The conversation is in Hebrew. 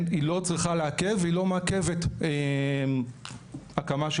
היא לא צריכה לעכב והיא לא מעכבת הקמה של